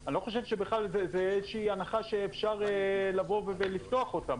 אני לא חושב שזו איזושהי הנחה שאפשר לבוא ולפתוח אותה.